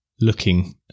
looking